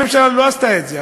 הממשלה לא עשתה את זה.